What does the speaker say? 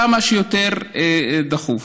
כמה שיותר דחוף.